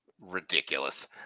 Ridiculous